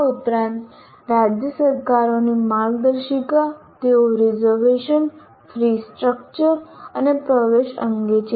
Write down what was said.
આ ઉપરાંત રાજ્ય સરકારોની માર્ગદર્શિકા તેઓ રિઝર્વેશન ફી સ્ટ્રક્ચર અને પ્રવેશ અંગે છે